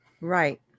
Right